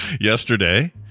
Yesterday